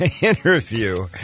interview